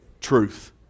Truth